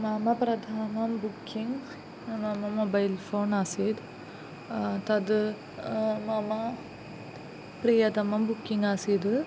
मम प्रधानं बुक्किङ्ग् मम मोबैल् फ़ोण् आसीत् तद् मम प्रियतमं बुक्किङ्ग् आसीत्